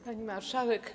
Pani Marszałek!